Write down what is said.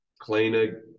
cleaner